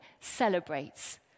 celebrates